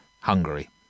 Hungary